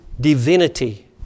divinity